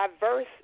diverse